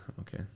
okay